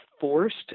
forced